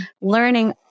learning